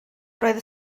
roedd